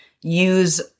use